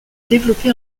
développé